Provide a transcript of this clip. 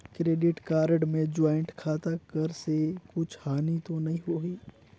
Credit card मे joint खाता कर से कुछ हानि तो नइ होही?